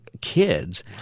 kids